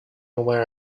aware